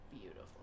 beautiful